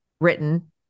written